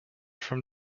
from